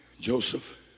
Joseph